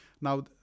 Now